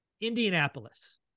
Indianapolis